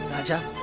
raja!